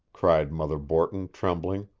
cried mother borton trembling.